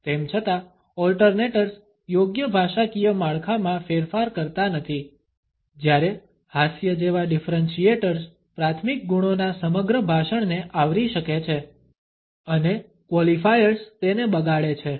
તેમ છતાં ઓલ્ટરનેટર્સ યોગ્ય ભાષાકીય માળખામાં ફેરફાર કરતા નથી જ્યારે હાસ્ય જેવા ડિફરન્શીએટર્સ પ્રાથમિક ગુણોના સમગ્ર ભાષણને આવરી શકે છે અને ક્વોલિફાયર્સ તેને બગાડે છે